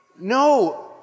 No